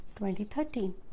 2013